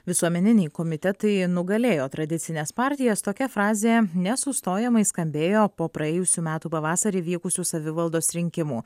visuomeniniai komitetai nugalėjo tradicines partijas tokia frazė nesustojamai skambėjo po praėjusių metų pavasarį vykusių savivaldos rinkimų